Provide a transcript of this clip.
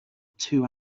two